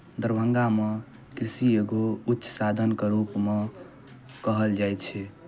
दरभंगामे कृषि एगो उच्च साधनके रूपमे कहल जाइ छै